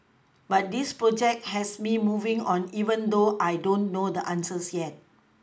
but this project has me moving on even though I don't know the answers yet